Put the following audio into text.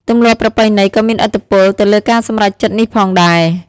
ទម្លាប់ប្រពៃណីក៏មានឥទ្ធិពលទៅលើការសម្រេចចិត្តនេះផងដែរ។